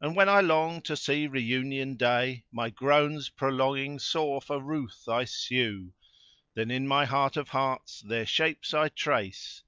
and when i long to see reunion-day, my groans prolonging sore for ruth i sue then in my heart of hearts their shapes i trace,